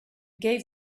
gave